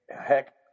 heck